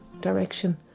direction